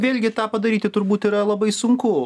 vėlgi tą padaryti turbūt yra labai sunku